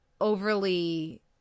overly